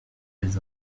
des